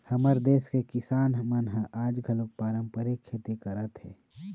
हमर देस के किसान मन ह आज घलोक पारंपरिक खेती करत हे